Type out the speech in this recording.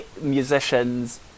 musicians